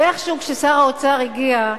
ואיכשהו כששר האוצר הגיע,